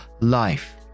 life